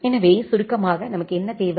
எனவே சுருக்கமாக நமக்கு என்ன தேவை